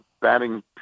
batting